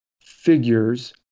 figures